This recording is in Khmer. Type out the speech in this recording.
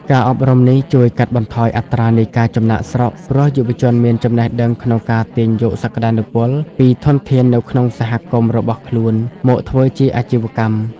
ការអប់រំនេះជួយកាត់បន្ថយអត្រានៃការចំណាកស្រុក ព្រោះយុវជនមានចំណេះដឹងក្នុងការទាញយកសក្ដានុពលពីធនធាននៅក្នុងសហគមន៍របស់ខ្លួនមកធ្វើជាអាជីវកម្ម។